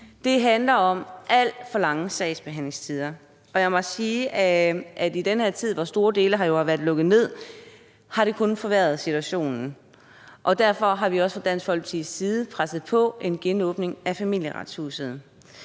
Det handler om alt for lange sagsbehandlingstider. Jeg må sige, at i den her tid, hvor store dele har været lukket ned, har det kun forværret situationen, og derfor har vi også fra Dansk Folkepartis side presset på for en genåbning af Familieretshuset.